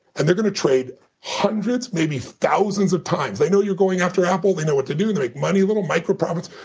and they're going to trade hundreds, maybe thousands, of times. they know you're going after apple. they know what to do to make money, little micro profits.